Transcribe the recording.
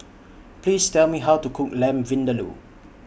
Please Tell Me How to Cook Lamb Vindaloo